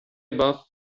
above